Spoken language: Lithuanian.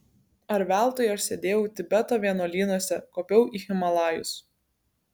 ar veltui aš sėdėjau tibeto vienuolynuose kopiau į himalajus